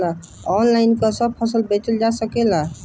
Online का सब फसल बेचल जा सकेला?